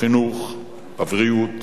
בחינוך, בבריאות,